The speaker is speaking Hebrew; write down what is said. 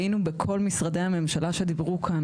היינו בכל משרדי הממשלה שדיברו כאן.